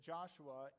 Joshua